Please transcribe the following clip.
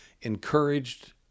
encouraged